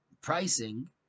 pricing